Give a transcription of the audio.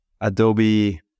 Adobe